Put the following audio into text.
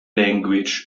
language